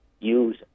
use